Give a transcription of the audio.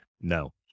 No